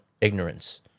ignorance